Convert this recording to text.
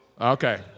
Okay